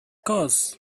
course